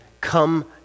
come